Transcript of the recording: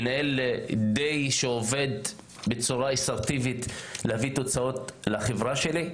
כמנהל שעובד בצורה אסרטיבית כדי להביא תוצאת לחברה שלי,